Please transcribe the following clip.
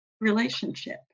relationship